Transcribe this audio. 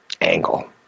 Angle